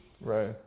right